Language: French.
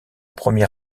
premier